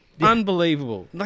Unbelievable